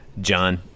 John